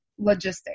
Logistics